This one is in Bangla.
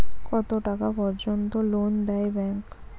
কত টাকা পর্যন্ত লোন দেয় ব্যাংক?